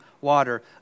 water